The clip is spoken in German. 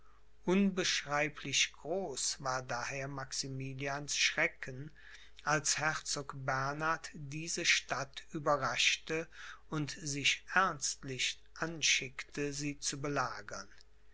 unbeschreiblich groß war daher maximilians schrecken als herzog bernhard diese stadt überraschte und sich ernstlich anschickte sie zu belagern